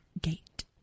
gate